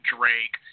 Drake